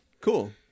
cool